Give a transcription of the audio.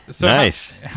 Nice